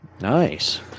Nice